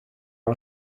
are